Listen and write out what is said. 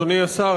אדוני השר,